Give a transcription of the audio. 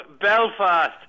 Belfast